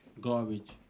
garbage